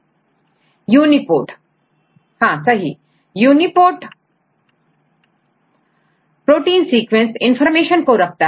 student UniPort सही UniPort protein sequence information को रखता है